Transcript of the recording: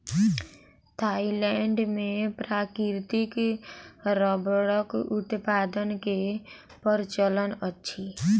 Thailand मे प्राकृतिक रबड़क उत्पादन के प्रचलन अछि